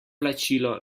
plačilo